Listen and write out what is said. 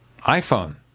iPhone